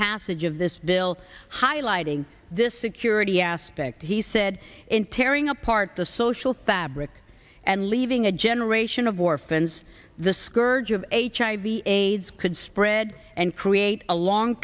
passage of this bill highlighting this security aspect he said in tearing apart the social fabric and leaving a generation of war friends the scourge of hiv aids could spread and create a long